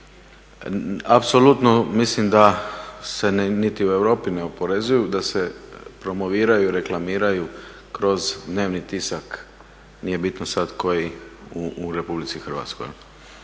apsolutno mislim da se niti u Europi ne oporezuju, da se promoviraju, reklamiraju kroz dnevni tisak, nije bitno sad koji u RH. To je problem.